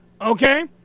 Okay